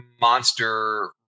monster